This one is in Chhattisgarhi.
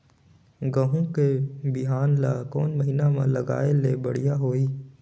गहूं के बिहान ल कोने महीना म लगाय ले बढ़िया होही?